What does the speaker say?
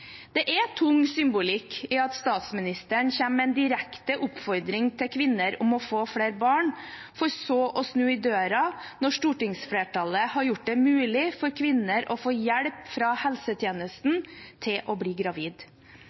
Det er tung symbolikk i at statsministeren kommer med en direkte oppfordring til kvinner om å få flere barn for så å snu i døren når stortingsflertallet har gjort det mulig for kvinner å få hjelp fra helsetjenesten til å bli gravid.